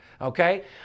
okay